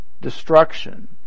destruction